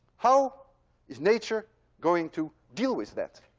how is nature going to deal with that?